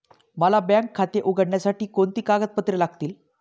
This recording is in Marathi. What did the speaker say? मला बँक खाते उघडण्यासाठी कोणती कागदपत्रे लागतील?